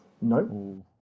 No